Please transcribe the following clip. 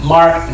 Mark